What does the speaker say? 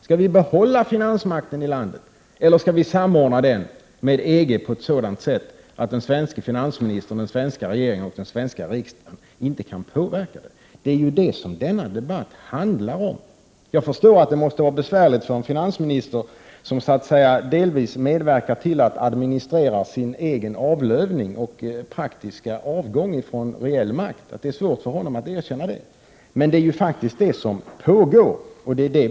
Skall vi behålla finansmakten i landet eller skall vi samordna den med EG på ett sådant sätt att den svenske finansministern, den svenska regeringen och den svenska riksdagen inte kan påverka den? Det är ju detta som den här debatten handlar om. Jag förstår att det måste vara besvärligt för en finansminister att erkänna detta, eftersom han så att säga delvis medverkar till att administrera sin egen avlövning och praktiska avgång från den reella makten, men det är faktiskt det som pågår.